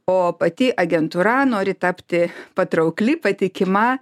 o pati agentūra nori tapti patraukli patikima